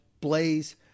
Blaze